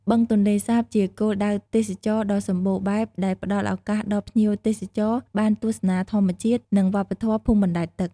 បឹងទន្លេសាបជាគោលដៅទេសចរដ៏សម្បូរបែបដែលផ្តល់ឱកាសដល់ភ្ញៀវទេសចរបានទស្សនាធម្មជាតិ និងវប្បធម៌ភូមិបណ្ដែតទឹក។